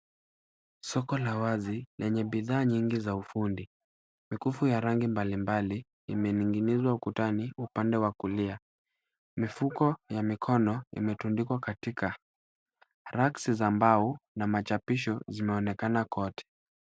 Soko la wazi lenye bidhaa nyingi za ufundi. Mikufu ya rangi mbali mbali imening'inizwa ukutani upande wa kulia. Mifuko ya mikono imetundikwa katika racks za mbao na machapisho zimeonekana kwote.